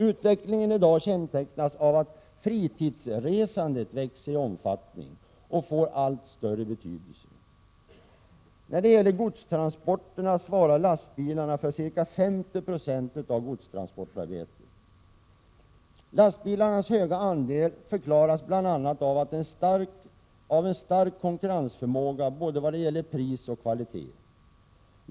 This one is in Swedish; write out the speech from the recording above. Utvecklingen i dag kännetecknas av att fritidsresandet växer i omfattning och får allt större betydelse. Lastbilar svarar för ca 50 96 av godstransporterna. Lastbilarnas höga andel förklaras bl.a. av en stark konkurrensförmåga både vad gäller pris och kvalitet.